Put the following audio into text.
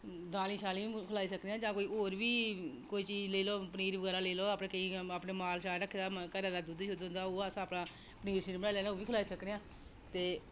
दालीं बी खलाई सकने आं हां जां कोई होर बी चीज लेई लैओ पनीर बगैरा लेई लैओ अपना माल रक्खे दा घरै दा दुद्ध होंदा ओह् अस अपना घरै दा पनीर बनाई लैन्ने आं ओह्बी खलाई सकने आं ते